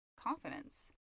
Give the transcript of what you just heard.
confidence